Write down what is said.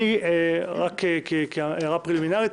רק כהערה פרימינלית,